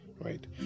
right